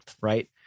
right